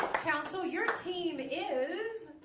council your team is